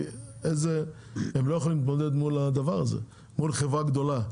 כי הם לא יכולים להתמודד מול חברה גדולה.